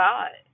God